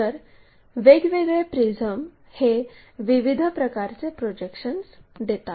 तर वेगवेगळे प्रिझम हे विविध प्रकारचे प्रोजेक्शन्स देतात